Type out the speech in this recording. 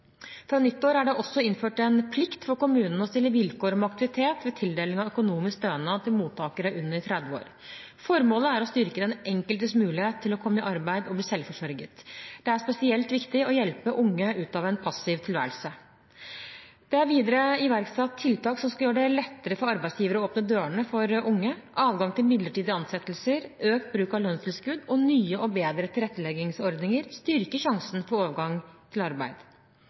Fra nyttår er det også innført en plikt fra kommunene til å stille vilkår om aktivitet ved tildeling av økonomisk stønad til mottakere under 30 år. Formålet er å styrke den enkeltes mulighet til å komme i arbeid og bli selvforsørget. Det er spesielt viktig å hjelpe unge ut av en passiv tilværelse. Det er videre iverksatt tiltak som skal gjøre det lettere for arbeidsgivere å åpne dørene for unge. Adgang til midlertidig ansettelse, økt bruk av lønnstilskudd og nye og bedre tilretteleggingsordninger styrker sjansen for overgang til arbeid.